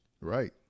Right